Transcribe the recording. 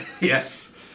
Yes